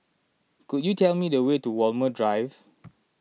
could you tell me the way to Walmer Drive